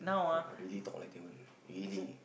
!wah! really talk like Davon really